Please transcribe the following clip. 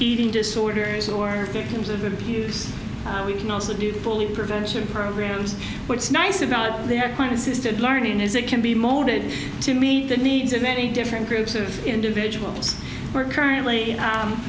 eating disorders or victims of abuse we can also do fully prevention programs what's nice about their plan assisted learning is it can be molded to meet the needs of many different groups of individuals who are currently